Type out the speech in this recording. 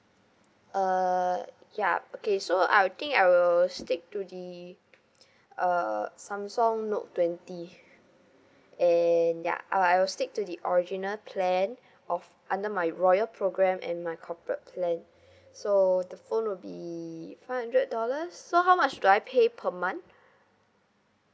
err ya okay so I'll think I will stick to the uh samsung note twenty and ya I'll I will stick to the original plan of under my loyal program and my corporate plan so the phone will be five hundred dollars so how much do I pay per month